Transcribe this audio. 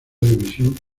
división